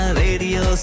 radio